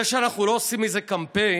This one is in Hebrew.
זה שאנחנו לא עושים מזה קמפיין,